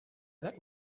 that